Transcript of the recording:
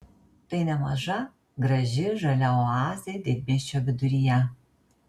tai nemaža graži žalia oazė didmiesčio viduryje